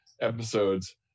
episodes